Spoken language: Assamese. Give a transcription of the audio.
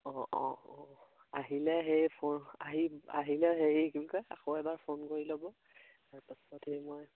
অঁ অঁ অঁ আহিলে সেই আহি আহিলে হেৰি কি বুলি কয় আকৌ এবাৰ ফোন কৰি ল'ব তাৰপাছত